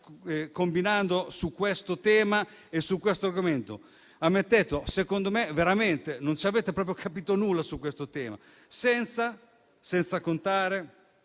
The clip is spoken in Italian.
facendo su questo tema e su questo argomento. Ammettetelo, secondo me veramente non avete capito nulla su questo tema, senza contare